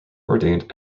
ordained